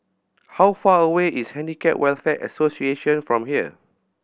how far away is Handicap Welfare Association from here